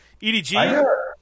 EDG